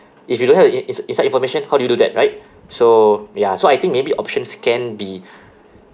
if you don't have in~ inside information how do you do that right so ya so I think maybe options can be